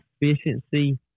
efficiency